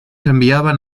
enviaban